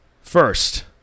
First